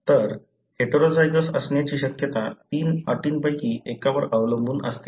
तर ती हेटेरोझायगस असण्याची शक्यता तीन अटींपैकी एकावर अवलंबून असते